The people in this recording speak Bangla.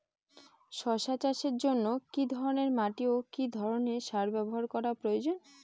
শশা চাষের জন্য কি ধরণের মাটি ও কি ধরণের সার ব্যাবহার করা প্রয়োজন?